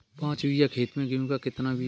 पाँच बीघा खेत में गेहूँ का कितना बीज डालें?